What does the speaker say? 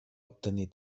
obtenir